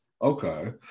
Okay